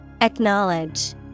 Acknowledge